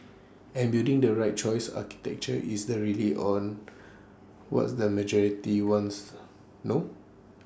and building the right choice architecture is the rely on was the majority wants no